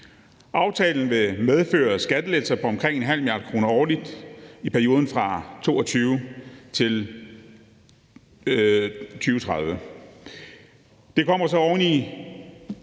Aftalen vil medføre skattelettelser på omkring 0,5 mia. kr. årligt i perioden fra 2022 til 2030.